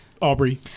Aubrey